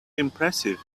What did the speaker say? impressive